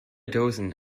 dozen